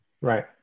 right